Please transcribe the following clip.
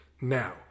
Now